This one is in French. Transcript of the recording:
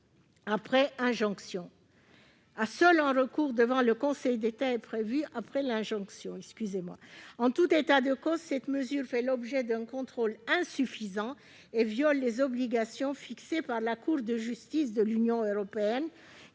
Seul est prévu un recours devant le Conseil d'État, après l'injonction. En tout état de cause, cette mesure fait l'objet d'un contrôle insuffisant et viole les obligations fixées par la Cour de justice de l'Union européenne,